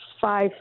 five